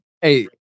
Hey